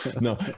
No